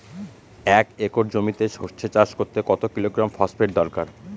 এক একর জমিতে সরষে চাষ করতে কত কিলোগ্রাম ফসফেট দরকার?